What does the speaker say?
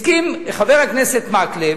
הסכים חבר הכנסת מקלב